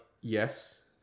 yes